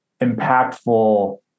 impactful